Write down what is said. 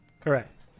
Correct